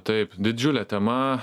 taip didžiulė tema